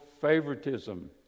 favoritism